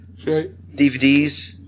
DVDs